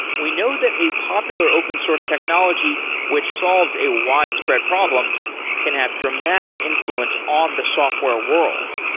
we know that a popular open source technology which solves a widespread problem can have dramatic influence on the software world,